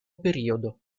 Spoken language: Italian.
periodo